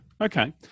Okay